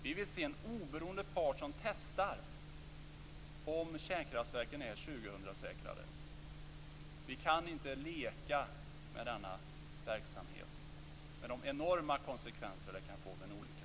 Vi vill se en oberoende part som testar om kärnkraftverken är år 2000-säkrade. Vi kan inte leka med denna verksamhet med de enorma konsekvenser det kan få vid en olycka.